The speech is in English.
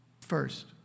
First